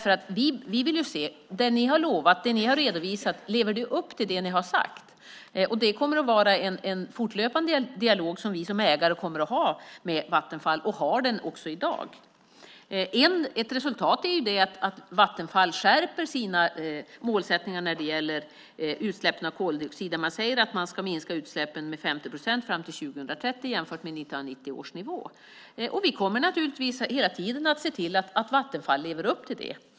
Vi vill ju se om Vattenfall lever upp till det som utlovats och redovisats. Vi som ägare kommer att ha en fortlöpande dialog med Vattenfall, och vi har den också i dag. Ett resultat är att Vattenfall skärper sina målsättningar när det gäller utsläppen av koldioxid. Man säger att man ska minska utsläppen med 50 procent fram till 2030 jämfört med 1990 års nivå. Vi kommer naturligtvis hela tiden att se till att Vattenfall lever upp till detta.